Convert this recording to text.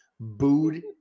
booed